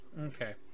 Okay